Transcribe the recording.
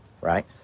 right